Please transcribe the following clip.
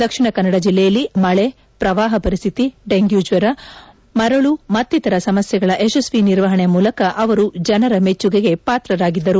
ದಕ್ಷಿಣ ಕನ್ನಡ ಜಿಲ್ಲೆಯಲ್ಲಿ ಮಳೆ ಪ್ರವಾಪ ಪರಿಸ್ಹಿತಿ ಡೆಂಗಿ ಜ್ವರ ಮರಳು ಮತ್ತಿತರ ಸಮಸ್ಯೆಗಳ ಯಶಸ್ವಿ ನಿರ್ವಹಣೆ ಮೂಲಕ ಅವರು ಜನರ ಮೆಚ್ಚುಗೆಗೆ ಪಾತ್ರರಾಗಿದ್ದರು